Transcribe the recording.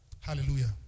Hallelujah